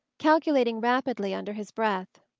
calculating rapidly under his breath.